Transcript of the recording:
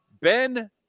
Ben